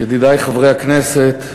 ידידי חברי הכנסת,